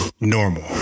normal